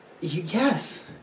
yes